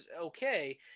okay